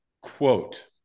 quote